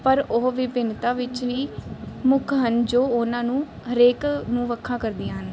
ਪਰ ਉਹ ਵਿਭਿੰਨਤਾ ਵਿੱਚ ਵੀ ਮੁੱਖ ਹਨ ਜੋ ਉਹਨਾਂ ਨੂੰ ਹਰੇਕ ਨੂੰ ਵੱਖਰਾ ਕਰਦੀਆਂ ਹਨ